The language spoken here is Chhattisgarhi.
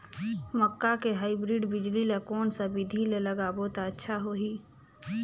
मक्का के हाईब्रिड बिजली ल कोन सा बिधी ले लगाबो त अच्छा होहि?